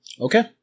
Okay